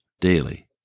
daily